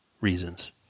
reasons